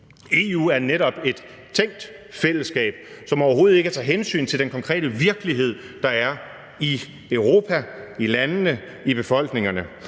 EU er netop et tænkt fællesskab, som overhovedet ikke tager hensyn til den konkrete virkelighed, der er i Europa, i landene, i befolkningerne,